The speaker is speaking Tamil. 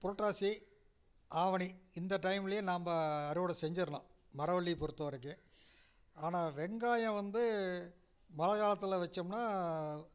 புரட்டாசி ஆவணி இந்த டைம்லயே நம்ம அறுவடை செஞ்சிடணும் மரவள்ளியை பொறுத்தவரைக்கும் ஆனால் வெங்காயம் வந்து மழைக்காலத்துல வச்சோம்னால்